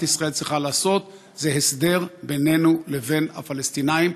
ישראל צריכה לעשות זה הסדר בינינו לבין הפלסטינים.